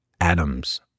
atoms